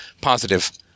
positive